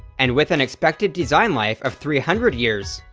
and with an expected design life of three hundred years,